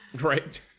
Right